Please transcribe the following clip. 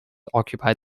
occupied